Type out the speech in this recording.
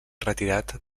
retirat